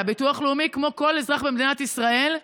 ביטוח לאומי כמו כל אזרח במדינת ישראל,